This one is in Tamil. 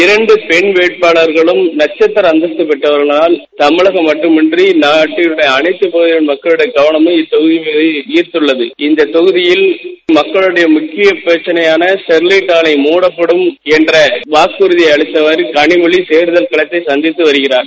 இரண்டு பெண் வேட்பாளர்களும் நட்சத்திர அந்தஸ்து பெற்றவர்கள் என்பதால் தமிழகம் மட்டுமன்றி நாட்டின் அளைத்தப் பகுதி மக்களுடைய கவனமம் இத்தொகுதி மீது ஈர்த்தள்ளது இக்கொகுதியில் மக்களுடைய முக்கிய பிரச்னையான ஸ்டெர்லைட் ஆலை முடப்படும் என்ற வாக்குற்தியை அளித்தவாறு கனினொழி தேர்தல் களத்தை சந்தித்து வருகிறார்